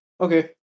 okay